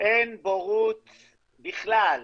אין בורות בכלל.